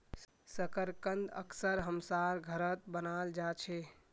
शकरकंद अक्सर हमसार घरत बनाल जा छे